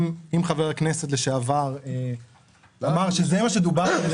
אם ראש העיר לשעבר אמר שזה מה שדובר על ידי